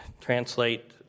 translate